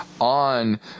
on